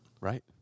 right